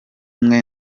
mwe